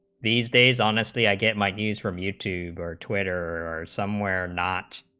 these days honestly i get my knees from you two are twenty are somewhere nots